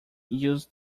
use